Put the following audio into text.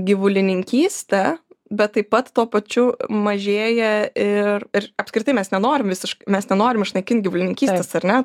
gyvulininkystę bet taip pat tuo pačiu mažėja ir ir apskritai mes nenorim visišk mes nenorim išnaikint gyvulininkystės ar ne